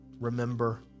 remember